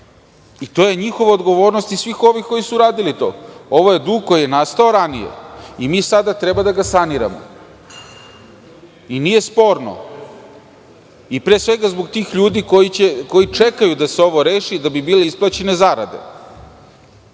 To je njihova odgovornost i svih onih koji su to radili. Ovo je dug koji je nastao ranije i mi sada treba da ga saniranomo. To nije sporno, pre svega zbog tih ljudi koji čekaju da se ovo reši, da bi bile isplaćene zarade. Da